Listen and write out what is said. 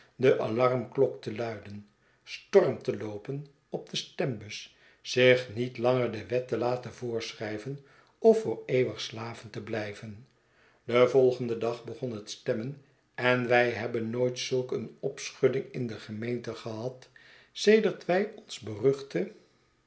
de alarmklok te luiden storm te loopen op de stembus zich niet langer de wet te laten voorschrijven of voor eeuwig slaven te blijven den volgenden dag begon het stemmen en wij hebben nooit zulk een opschudding in de gemeente gehad sedert wij ons beruchte